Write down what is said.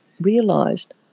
realized